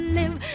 live